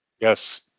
Yes